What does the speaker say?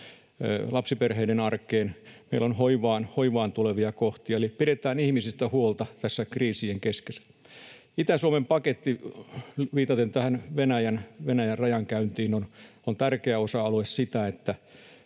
lapsiperheiden arkeen, meillä on hoivaan tulevia kohtia, eli pidetään ihmisistä huolta tässä kriisien keskellä. Itä-Suomen paketti — viitaten tähän Venäjän rajankäyntiin — on tärkeä osa-alue sitä, että